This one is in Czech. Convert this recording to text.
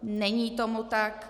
Není tomu tak.